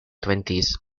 twenties